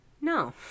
no